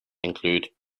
include